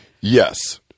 Yes